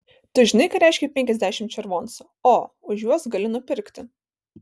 tu žinai ką reiškia penkiasdešimt červoncų o už juos gali nupirkti